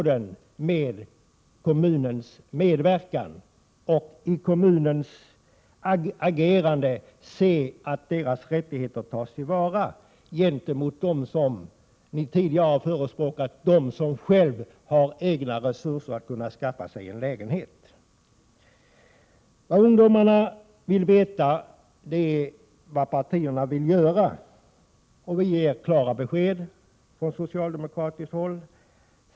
Det är viktigt att kommunen agerar så att deras rättigheter tas till vara gentemot dem som själva har resurser att skaffa sig en lägenhet. Vad ungdomarna vill veta är vad partierna vill göra. Vi ger klara besked från socialdemokratiskt håll.